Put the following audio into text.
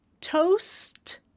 toast